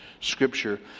Scripture